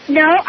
no